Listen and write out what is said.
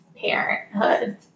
parenthood